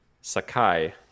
Sakai